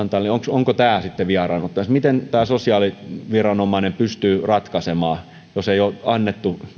onko tämä sitten vieraannuttamista miten sosiaaliviranomainen pystyy ratkaisemaan jos ei ole annettu